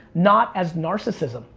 not as narcissism?